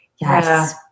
yes